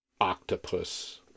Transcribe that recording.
octopus